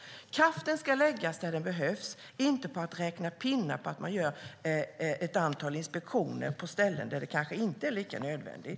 Kraften ska läggas där den behövs och inte på att räkna pinnar för att man gör antal inspektioner på ställen där det kanske inte är lika nödvändigt.